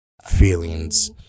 feelings